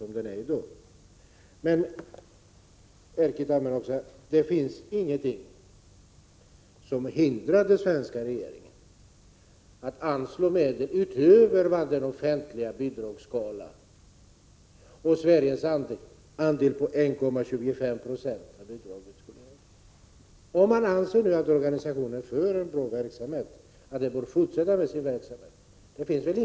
Men, Erkki Tammenoksa, det finns ingenting som hindrar den svenska regeringen att anslå medel utöver vad bidragsskalan föreskriver, om man anser att organisationen bedriver en bra verksamhet och att den verksamheten bör fortsätta.